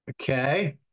Okay